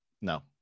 No